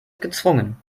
gezwungen